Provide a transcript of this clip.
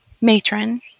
matron